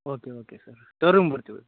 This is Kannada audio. ಓಕೆ ಓಕೆ ಸರ್ ಶೋರೂಮ್ಗೆ ಬರ್ತೀವಿ